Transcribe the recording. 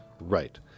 Right